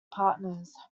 partners